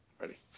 Ready